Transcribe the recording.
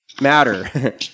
matter